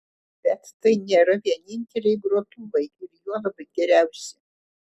bet tai nėra vieninteliai grotuvai ir juolab geriausi